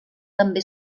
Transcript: també